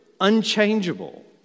unchangeable